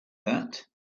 that